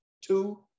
two